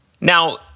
Now